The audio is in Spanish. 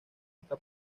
esta